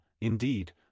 indeed